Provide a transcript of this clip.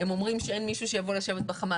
הם אומרים שאין מישהו שיבוא לשבת בחמ"ל,